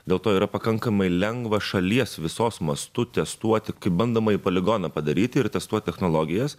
dėl to yra pakankamai lengva šalies visos mastu testuoti kaip bandomąjį poligoną padaryti ir testuoti technologijas